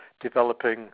developing